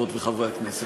חברות וחברי הכנסת,